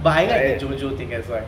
but I like the jojo thing that's why